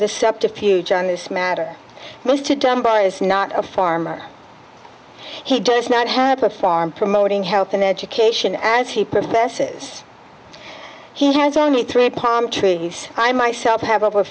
the septa fuge on this matter most to dunbar is not a farmer he does not have a farm promoting health and education as he professes he has only three palm trees i myself have over